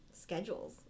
schedules